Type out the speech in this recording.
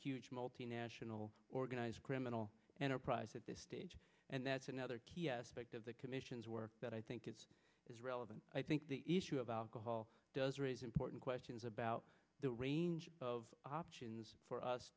huge multinational organized criminal enterprise at this stage and that's another key aspect of the commission's work that i think it's as relevant i think the east to about call does raise important questions about the range of options for us